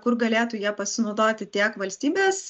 kur galėtų ja pasinaudoti tiek valstybės